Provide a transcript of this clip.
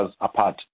apart